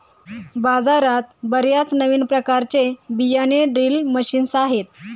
बाजारात बर्याच नवीन प्रकारचे बियाणे ड्रिल मशीन्स आहेत